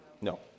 No